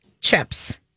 chips